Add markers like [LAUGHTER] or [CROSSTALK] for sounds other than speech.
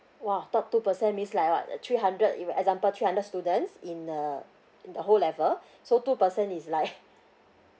!wow! top two person means like what the three hundred in example three hundred students in the the whole level so two person is like [LAUGHS]